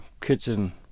kitchen